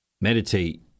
meditate